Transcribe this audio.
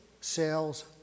sales